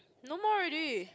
no more already